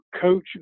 coach